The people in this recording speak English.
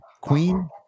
Queen